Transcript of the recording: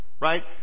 Right